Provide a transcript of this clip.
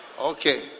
Okay